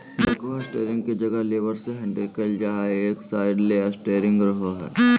backhoe steering के जगह levers से हैंडल कइल जा हइ, एक साइड ले स्टेयरिंग रहो हइ